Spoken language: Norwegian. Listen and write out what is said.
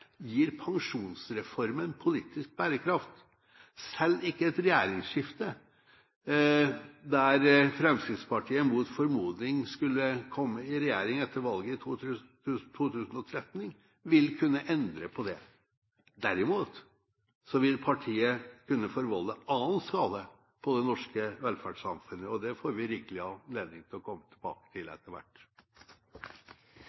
gir pensjonsreformen politisk bærekraft. Selv ikke et regjeringsskifte der Fremskrittspartiet mot formodning skulle komme i regjering etter valget i 2013, vil kunne endre på det. Derimot vil partiet kunne forvolde annen skade på det norske velferdssamfunnet, og det får vi rikelig anledning til å komme tilbake til